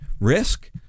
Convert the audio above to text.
risk